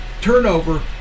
turnover